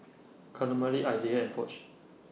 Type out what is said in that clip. Camille Isaiah and Foch